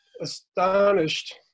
astonished